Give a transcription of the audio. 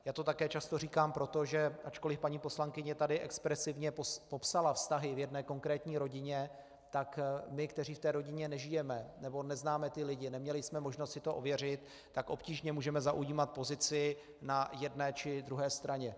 Já to také často říkám proto, že ačkoliv paní poslankyně tady expresivně popsala vztahy v jedné konkrétní rodině, tak my, kteří v té rodině nežijeme nebo neznáme ty lidi, neměli jsme možnost si to ověřit, obtížně můžeme zaujímat pozici na jedné či druhé straně.